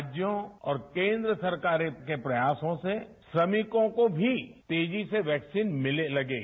राज्यों और केन्द्र सरकारों के प्रयासों से श्रमिकों को भी तेजी से वैक्सीन मिलने लगेगी